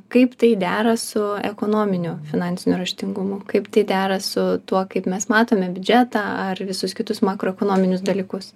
kaip tai dera su ekonominiu finansiniu raštingumu kaip tai dera su tuo kaip mes matome biudžetą ar visus kitus makroekonominius dalykus